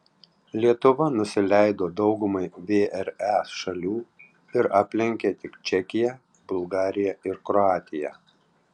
lietuva nusileido daugumai vre šalių ir aplenkė tik čekiją bulgariją ir kroatiją